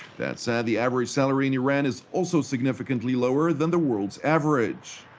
that said, the average salary in iran is also significantly lower than the world's average.